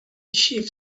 chief